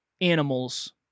animals